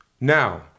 Now